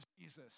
Jesus